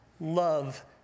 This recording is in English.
love